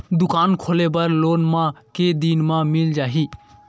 दुकान खोले बर लोन मा के दिन मा मिल जाही?